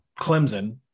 Clemson